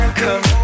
come